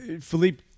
Philippe